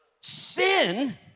Sin